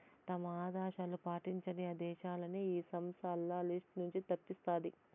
తమ ఆదేశాలు పాటించని దేశాలని ఈ సంస్థ ఆల్ల లిస్ట్ నుంచి తప్పిస్తాది